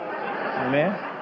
Amen